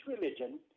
religion